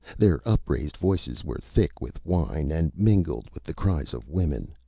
their upraised voices were thick with wine, and mingled with the cries of women.